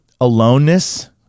aloneness